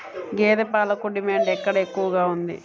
గేదె పాలకు డిమాండ్ ఎక్కడ ఎక్కువగా ఉంది?